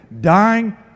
dying